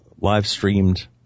live-streamed